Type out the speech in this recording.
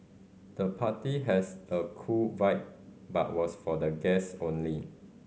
the party has a cool vibe but was for the guests only